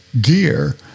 gear